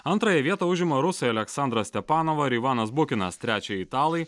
antrąją vietą užima rusai aleksandra stepanova ir ivanas bukinas trečiąją italai